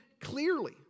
clearly